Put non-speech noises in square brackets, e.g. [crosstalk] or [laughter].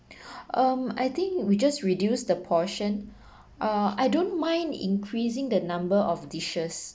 [breath] um I think we just reduce the portion uh I don't mind increasing the number of dishes